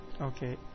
Okay